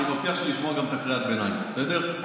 אני מבטיח לשמוע גם את קריאת הביניים, בסדר?